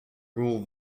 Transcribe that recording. rule